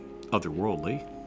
otherworldly